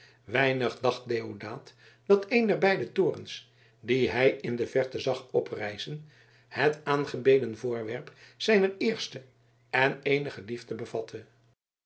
weinig dacht deodaat dat een der beide torens die hij in de verte zag oprijzen het aangebeden voorwerp zijner eerste en eenige liefde bevatte